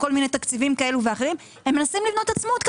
ותקציבים כאלה ואחרים הם מנסים לבנות עצמאות כלכלית.